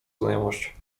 znajomość